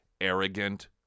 arrogant